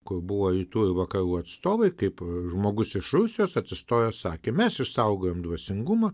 kur buvo rytų ir vakarų atstovai kaip žmogus iš rusijos atsistojo sakė mes išsaugojom dvasingumą